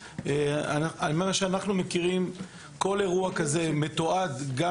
ממה שאנחנו מכירים כל האירוע הזה מתועד גם